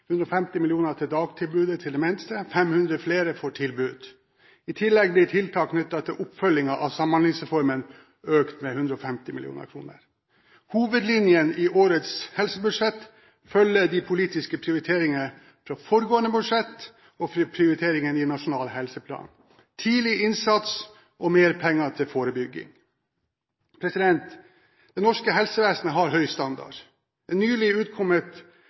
150 mill. kr til dagtilbudet til demente – 500 flere får tilbud. I tillegg blir tiltak knyttet til oppfølgingen av Samhandlingsreformen økt med 150 mill. kr. Hovedlinjen i årets helsebudsjett følger de politiske prioriteringene fra foregående budsjett og prioriteringene i Nasjonal helseplan – tidlig innsats og mer penger til forebygging. Det norske helsevesenet har høy standard. En nylig utkommet